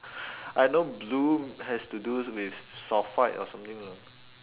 I know blue has to do with sulphite or something lah